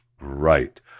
Right